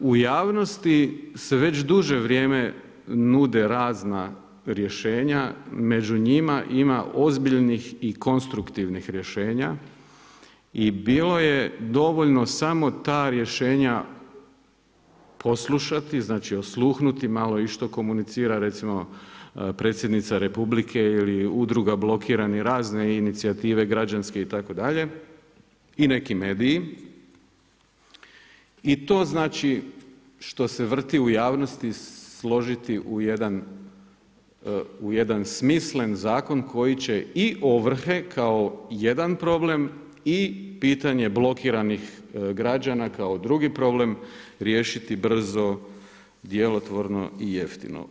U javnosti se već duže vrijeme nude razna rješenja, među ima ozbiljnih i konstruktivnih rješenja i bilo je dovoljno samo ta rješenja poslušati, znači osluhnuto malo i što komunicira recimo Predsjednica Republike ili Udruga Blokirani razne inicijative građanske itd., i neki mediji i to znači što se vrti u javnosti složiti u jedan smislen zakon koji će i ovrhe kao jedan problem i pitanje blokiranih građana kao drugi problem, riješiti brzo, djelotvorno i jeftino.